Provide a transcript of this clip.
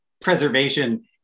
preservation